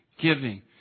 giving